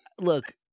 look